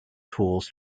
tools